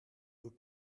doe